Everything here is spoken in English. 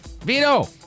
Vito